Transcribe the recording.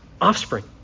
offspring